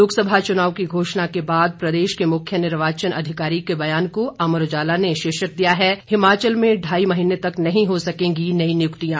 लोकसभा चुनाव की घोषणा के बाद प्रदेश के मुख्य निर्वाचन अधिकारी के बयान को अमर उजाला ने शीर्षक दिया है हिमाचल में ढाई महीने तक नहीं हो सकेंगी नई नियुक्तियां